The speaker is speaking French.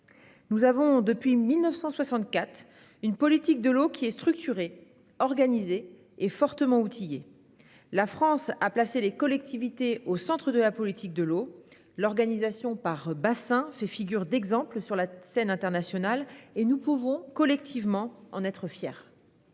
nous avons une politique de l'eau structurée, organisée et fortement outillée. La France a placé les collectivités au centre de la politique de l'eau. L'organisation par bassin fait figure d'exemple sur la scène internationale et nous pouvons, collectivement, en être fiers.